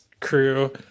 crew